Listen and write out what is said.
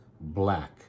black